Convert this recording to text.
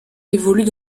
évoluent